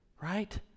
right